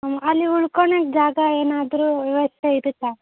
ಅಲ್ಲಿ ಉಳ್ಕೊಳ್ಳೋಕ್ಕೆ ಜಾಗ ಏನಾದರೂ ವ್ಯವಸ್ಥೆ ಇರುತ್ತಾ